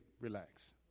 relax